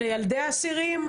למגרש הרוסים?